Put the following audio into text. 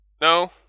No